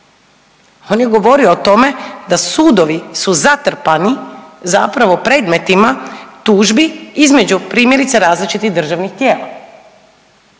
On je govorio o tome da sudovi su zatrpani zapravo predmetima tužbi između primjerice recimo različitih državnih tijela,